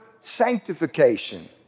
sanctification